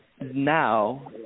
now